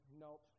nope